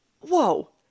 Whoa